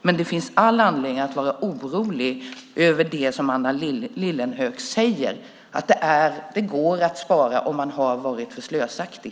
Men det finns all anledning att vara orolig över det som Anna Lilliehöök säger om att det går att spara om man har varit för slösaktig.